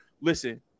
listen